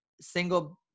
single